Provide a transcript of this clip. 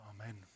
Amen